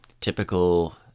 typical